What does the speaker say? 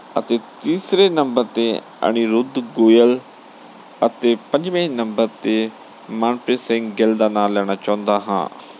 ਅਤੇ ਤੀਸਰੇ ਨੰਬਰ 'ਤੇ ਅਨੀਰੁੱਧ ਗੋਇਲ ਅਤੇ ਪੰਜਵੇਂ ਨੰਬਰ 'ਤੇ ਮਨਪ੍ਰੀਤ ਸਿੰਘ ਗਿੱਲ ਦਾ ਨਾਂ ਲੈਣਾ ਚਾਹੁੰਦਾ ਹਾਂ